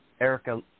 Erica